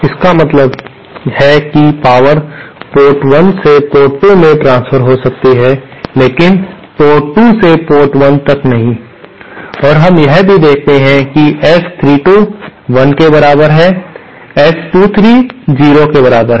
इसका मतलब है कि पावर पोर्ट 1 से पोर्ट 2 में ट्रांसफर हो सकती है लेकिन पोर्ट 2 से पोर्ट 1 तक नहीं है और हम यह भी देखते हैं कि S32 1 के बराबर है लेकिन S23 0 के बराबर है